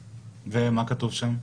ומה כתוב שם?